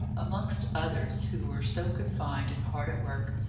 amongst others, who were so confined and hard at work,